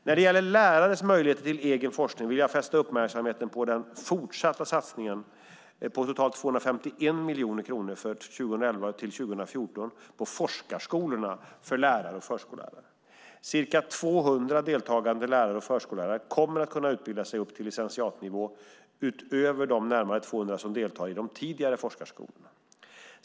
När det gäller lärares möjligheter till egen forskning vill jag fästa uppmärksamheten på den fortsatta satsningen på totalt 251 miljoner kronor för 2011-2014 på forskarskolorna för lärare och förskollärare. Ca 200 deltagande lärare och förskollärare kommer att kunna utbilda sig upp till licentiatnivå utöver de närmare 200 som deltar i de tidigare forskarskolorna.